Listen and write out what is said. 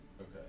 Okay